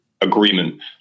agreement